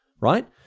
right